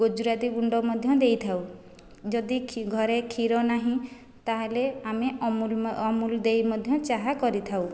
ଗୁଜୁରାତି ଗୁଣ୍ଡ ମଧ୍ୟ ଦେଇଥାଉ ଯଦି ଘରେ କ୍ଷୀର ନାହିଁ ତା'ହେଲେ ଆମେ ଅମୁଲ୍ ଅମୁଲ୍ ଦେଇ ମଧ୍ୟ ଚାହା କରିଥାଉ